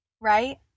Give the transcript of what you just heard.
right